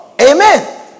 Amen